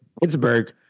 Pittsburgh